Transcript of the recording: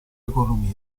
economia